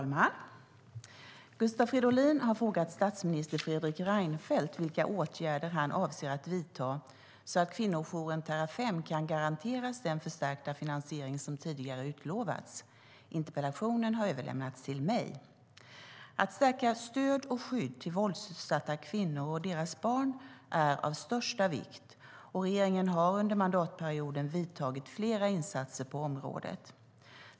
Fru talman! Gustav Fridolin har frågat statsminister Fredrik Reinfeldt vilka åtgärder han avser att vidta så att kvinnojouren Terrafem kan garanteras den förstärkta finansiering som tidigare utlovats. Interpellationen har överlämnats till mig. Att stärka stöd och skydd till våldsutsatta kvinnor och deras barn är av största vikt, och regeringen har under mandatperioderna vidtagit flera åtgärder på området.